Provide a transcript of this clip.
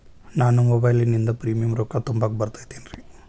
ನಾನು ಮೊಬೈಲಿನಿಂದ್ ಪ್ರೇಮಿಯಂ ರೊಕ್ಕಾ ತುಂಬಾಕ್ ಬರತೈತೇನ್ರೇ?